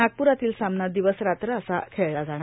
नागपूरातील सामना दिवस रात्र असा खेळला जाणार